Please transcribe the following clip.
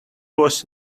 was